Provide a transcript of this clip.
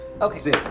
Okay